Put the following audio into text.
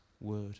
word